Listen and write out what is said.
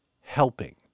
helping